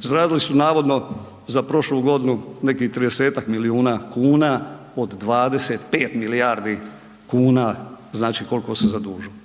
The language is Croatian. zaradili su navodno za prošlu godinu nekih 30-tak milijuna kuna od 25 milijardi kuna znači koliko su se zadužili.